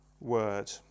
word